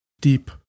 Deep